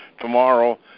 tomorrow